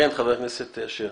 כן, חבר הכנסת אשר.